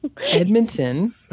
Edmonton